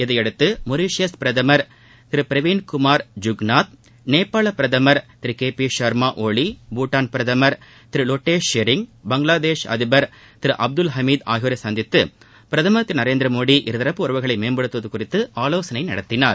இதையடுத்து மொரீஷியஸ் பிரதமர் திரு பிரவீன்குமார் ஜூகநாத் நேபாள பிரதமர் திரு கே பி ஷர்மா ஒலியூடான் பிரதமர் திரு லோட்டே ஷெரிங் பங்களாதேஷ் அதிபர் திரு அப்துல் ஹமீது ஆகியோரை சந்தித்து பிரதமர் திரு நரேந்திரமோடி இருதரப்பு உறவுகளை மேம்படுத்துவது குறித்து ஆலோசனை நடத்தினார்